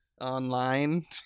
online